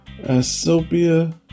Asopia